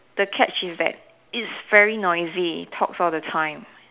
the catch is that it's very noisy talks all the time